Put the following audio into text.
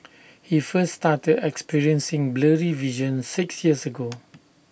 he first started experiencing blurry vision six years ago